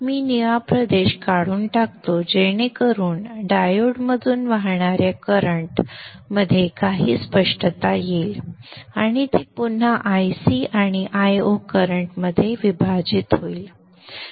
मी निळा प्रदेश काढून टाकतो जेणेकरून डायोडमधून वाहणाऱ्या करंट त काही स्पष्टता येईल आणि ती पुन्हा Ic आणि Io करंटमध्ये विभाजित होईल